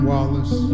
Wallace